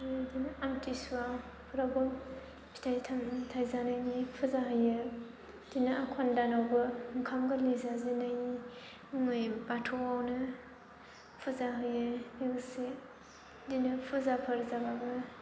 बिदिनो आमथिसुवाफ्रावबो फिथाइ सामथाइ जानायनि फुजा होयो बिदिनो आघोन दानावबो ओंखाम गोरलै जाजेननायनि मुङै बाथौआवनो फुजा होयो लोगोसे बिदिनो फुजाफोर जाबाबो